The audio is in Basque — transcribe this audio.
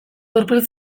gurpil